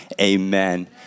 amen